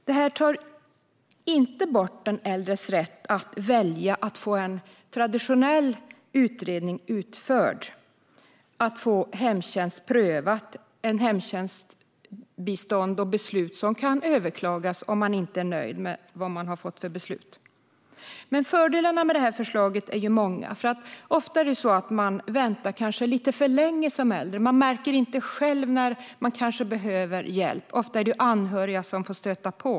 Detta tar inte bort den äldres rätt att välja att få en traditionell utredning utförd och få behovet av bistånd och hemtjänst prövat, med ett beslut som kan överklagas om man inte är nöjd. Fördelarna med förslaget är många. Ofta väntar äldre lite för länge och märker kanske inte själva när de behöver hjälp. Ofta är det anhöriga som får stöta på.